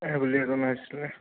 এই বুলিয়ে জনাইছিলে